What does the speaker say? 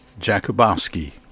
Jakubowski